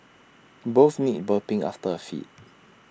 both need burping after A feed